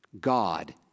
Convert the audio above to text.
God